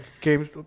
games